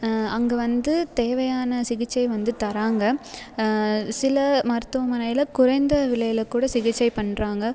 அங்கே வந்து தேவையான சிகிச்சை வந்து தர்றாங்க சில மருத்துவமனையில் குறைந்த விலையில் கூட சிகிச்சை பண்ணுறாங்க